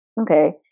okay